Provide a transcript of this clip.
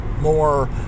more